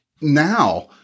now